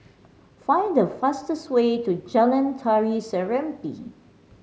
find the fastest way to Jalan Tari Serimpi